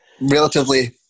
relatively